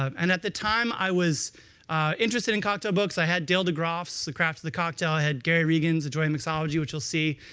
and at the time i was interested in cocktail books. i had dale degroff's the craft of the cocktail. i had gary reagan's the joy of mixology, which you'll see.